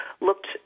looked